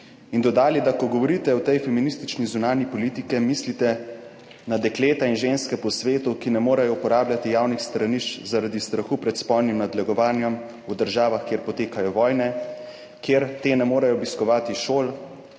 in dodali, da ko govorite o tej feministični zunanji politiki mislite na dekleta in ženske po svetu, ki ne morejo uporabljati javnih stranišč zaradi strahu pred spolnim nadlegovanjem, v državah, kjer potekajo vojne, kjer te ne morejo obiskovati šol,